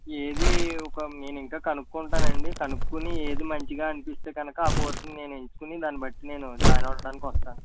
ఏది ఒక నేనింకా కనుక్కుంటానండి కనుక్కుని ఏది మంచిగా అనిపిస్తే కనుక ఆ కోర్స్ నేను ఎంచుకుని దాన్ని బట్టి నేను జాయిన్ అవడానికి వస్తాను